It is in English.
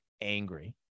angry